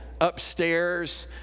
upstairs